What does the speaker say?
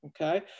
okay